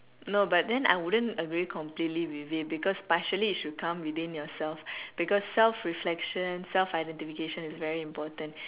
no but then I wouldn't agree completely with it because partially it should come within yourself because self reflection self identification is very important